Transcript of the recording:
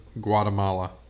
Guatemala